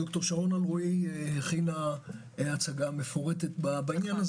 ד"ר שרון אלרעי הציגה הצגה מפורטת בעניין.